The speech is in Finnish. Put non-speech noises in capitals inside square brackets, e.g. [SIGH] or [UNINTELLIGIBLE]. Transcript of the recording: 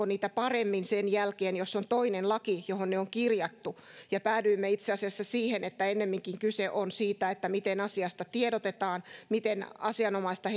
[UNINTELLIGIBLE] niitä paremmin sen jälkeen jos on toinen laki johon ne on kirjattu päädyimme itse asiassa siihen että ennemminkin kyse on siitä miten asiasta tiedotetaan miten asianomaista [UNINTELLIGIBLE]